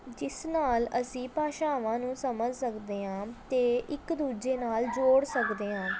ਜਿਸ ਨਾਲ ਅਸੀਂ ਭਾਸ਼ਾਵਾਂ ਨੂੰ ਸਮਝ ਸਕਦੇ ਹਾਂ ਅਤੇ ਇੱਕ ਦੂਜੇ ਨਾਲ ਜੋੜ ਸਕਦੇ ਹਾਂ